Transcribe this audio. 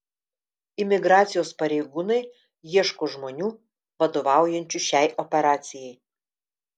imigracijos pareigūnai ieško žmonių vadovaujančių šiai operacijai